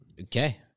Okay